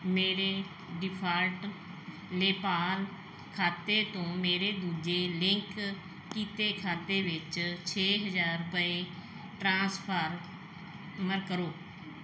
ਮੇਰੇ ਡਿਫਾਲਟ ਲੇਪਾਲ ਖਾਤੇ ਤੋਂ ਮੇਰੇ ਦੂਜੇ ਲਿੰਕ ਕੀਤੇ ਖਾਤੇ ਵਿੱਚ ਛੇ ਹਜ਼ਾਰ ਰੁਪਏ ਟ੍ਰਾਂਸਫਰਮਰ ਮ ਕਰੋ